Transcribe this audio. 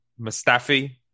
Mustafi